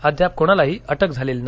अद्याप कोणालाही अटक झालेली नाही